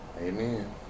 Amen